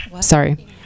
sorry